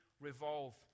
revolve